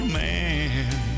man